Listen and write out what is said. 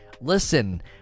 listen